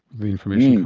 the information.